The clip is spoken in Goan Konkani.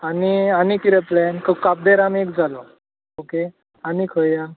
आनी आनी कितें प्लॅन का काब दिराम एक जालो ऑके आनी खंय या